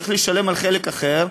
צריך לשלם על חלק אחר,